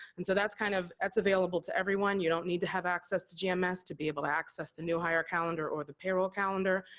and so, that's kind of that's available to everyone, you don't need to have access to gms to be able to access the new hire calendar or the payroll calendar.